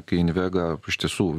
kai invega iš tiesų